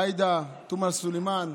עאידה תומא סלימאן,